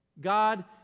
God